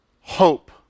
hope